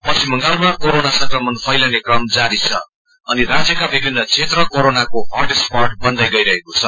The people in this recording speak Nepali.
पश्चिम बंगालमा कोरोना संक्रमण फैलिने क्रम जारी छ अनि राज्यका विभिन्न क्षेत्र कोरोनाको हट स्पट बन्दै गइरहेक्षे छ